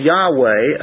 Yahweh